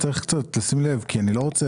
סעיף 2. כאן צריך קצת לשים לב כי אני לא רוצה